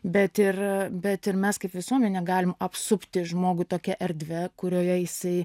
bet ir bet ir mes kaip visuomenė galim apsupti žmogų tokia erdve kurioje jisai